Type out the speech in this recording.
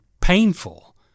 painful